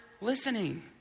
listening